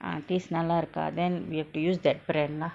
ah taste நல்லா இருக்கா:nalla irukka then we have to use that brand lah